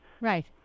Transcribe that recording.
Right